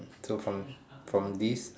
so from from this